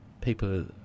people